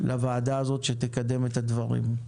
לוועדה הזאת, שתקדם את הדברים.